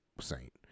saint